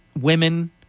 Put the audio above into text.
Women